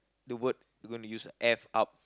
the word you gonna use F up